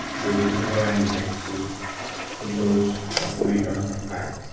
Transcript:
gave it to her and like she put those document on her file